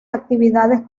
actividades